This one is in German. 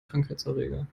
krankheitserreger